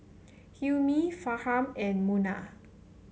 Hilmi Farhan and Munah